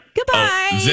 Goodbye